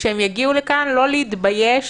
וכשהם יגיעו לכאן, לא להתבייש